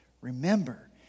remember